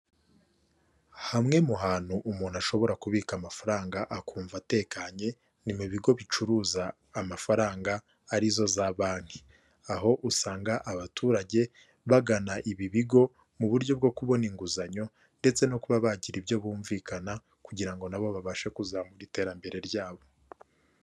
Hamwe mu hantu umuntu ashobora kubika amafaranga akumva atekanye ni mu bigo bicuruza amafaranga arizo za banki, aho usanga abaturage bagana ibi bigo muburyo bwo kubona inguzanyo ndetse no kuba bagira ibyo bumvikana kugira ngo nabo babashe kuzamura iterambere ryabo.